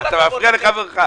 אתה מפריע לחברך.